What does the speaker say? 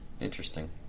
Interesting